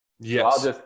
Yes